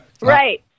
Right